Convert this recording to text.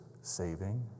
saving